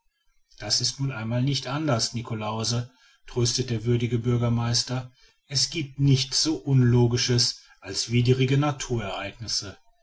das ist nun einmal nicht anders niklausse tröstete der würdige bürgermeister es giebt nichts so unlogisches als widrige naturereignisse